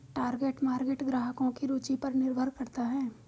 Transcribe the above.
target market ग्राहकों की रूचि पर निर्भर करता है